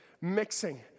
mixing